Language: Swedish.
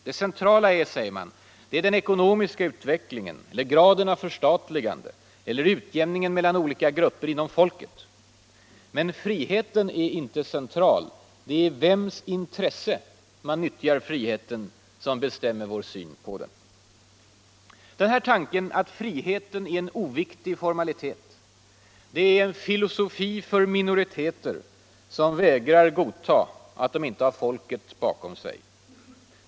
Det centrala är, säger man, den ekonomiska utvecklingen eller graden av förstatliganden eller utjämningen mellan olika grupper inom folket. Men friheten är inte centwral — det är i vems intresse man utnyttjar friheten som bestämmer vår syn på den. Tanken att friheten är en oviktig formalitet blir en filosofi för minoriteter som vägrar godta att de inte har folket bakom sig.